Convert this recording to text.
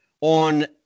on